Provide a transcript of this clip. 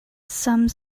some